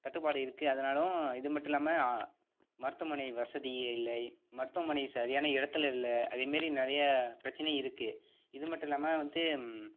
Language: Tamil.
தட்டுபாடு இருக்கு அதுனாலும் இதுமட்டும் இல்லாமல் மருத்துவமனை வசதி இல்லை மருத்துவமனை சரியான இடத்தில் இல்லை அதேமாரி நிறைய பிரச்சனை இருக்கு இது மட்டும் இல்லாமல் வந்து